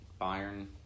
Bayern